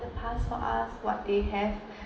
past for us what they have